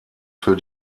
für